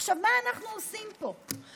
עכשיו, מה אנחנו עושים פה?